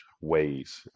ways